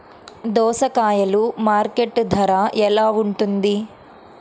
దోసకాయలు మార్కెట్ ధర ఎలా ఉంటుంది?